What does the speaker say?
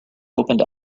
opened